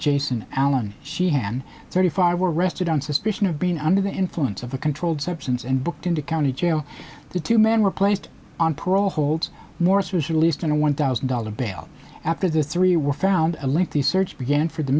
jason allen she hand thirty five were arrested on suspicion of being under the influence of a controlled substance and booked into county jail the two men were placed on parole hold morris was released on a one thousand dollars bail after the three were found a link the search began for the